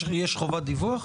יש חובת דיווח?